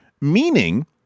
meaning